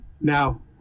Now